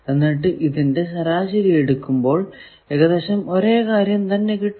എന്നിട്ടു ഇതിന്റെ ശരാശരി എടുക്കുമ്പോൾ ഏകദേശം ഒരേ കാര്യം തന്നെ കിട്ടുന്നു